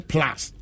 Plus